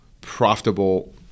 profitable